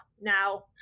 Now